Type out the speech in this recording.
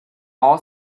all